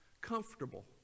comfortable